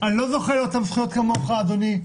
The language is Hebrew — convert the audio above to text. אני לא זוכה לאותן זכויות כמוך, אדוני,